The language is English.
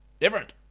different